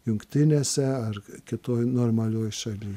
jungtinėse ar kitoj normalioj šaly